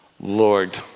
Lord